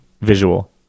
visual